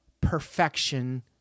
perfection